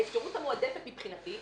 האפשרות המועדפת מבחינתי,